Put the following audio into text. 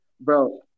Bro